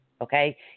Okay